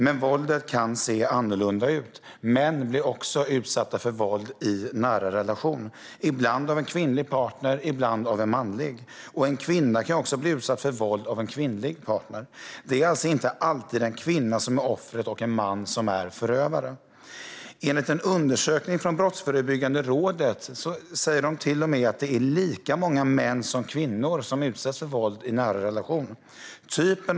Men våldet kan se annorlunda ut. Män blir också utsatta för våld i nära relationer, ibland av en kvinnlig partner och ibland av en manlig. En kvinna kan också bli utsatt för våld av en kvinnlig partner. Det är alltså inte alltid en kvinna som är offret och en man som är förövaren. Enligt en undersökning från Brottsförebyggande rådet är det till och med lika många män som kvinnor som utsätts för våld i nära relationer.